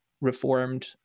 reformed